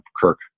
Kirk